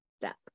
step